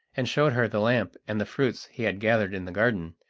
and showed her the lamp and the fruits he had gathered in the garden,